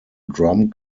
drum